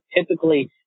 typically